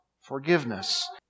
forgiveness